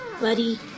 buddy